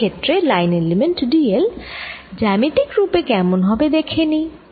এই ক্ষেত্রে line element d l জ্যামিতিক রুপে কেমন হবে দেখে নিই